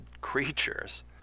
creatures